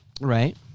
Right